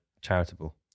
charitable